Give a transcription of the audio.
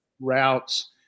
routes